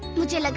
raja, like